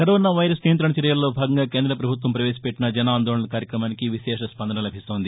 corona virus నియంత్రణ చర్యల్లో భాగంగా కేంద్రపభుత్వం భవేశపెట్టిన జన్ ఆందోళన్ కార్యక్రమానికి విశేష స్పందన లభిస్తోంది